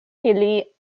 ili